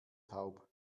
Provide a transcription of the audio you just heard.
taub